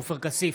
עופר כסיף,